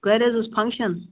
گرِ حظ اوس فَنٛگشَن